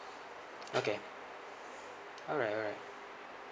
okay alright alright